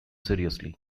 seriously